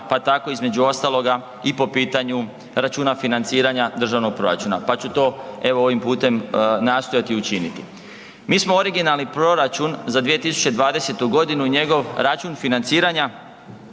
pa tako između ostaloga, i po pitanju računa financiranja državnog proračuna, pa ću to, evo, ovim putem, nastojati učiniti. Mi smo originalni proračun za 2020. g. i njegov račun financiranja